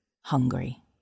hungry